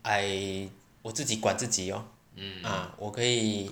I 我自己管自己 orh ah 我可以